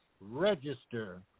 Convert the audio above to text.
register